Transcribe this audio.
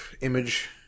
image